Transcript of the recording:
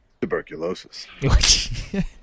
Tuberculosis